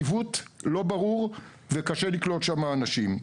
זה עיוות לא ברור וקשה לקלוט שם אנשים.